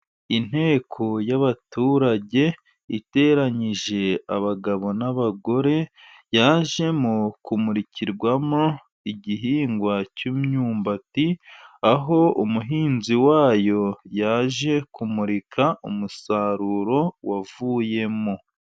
Inteko y'abaturage iteranyije abagabo n'abagore, yajemo kumurikirwamo igihingwa cy'imyumbati, aho umuhinzi wayo yaje kumurika umusaruro wavuyemo.